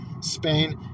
Spain